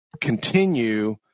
continue